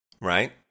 right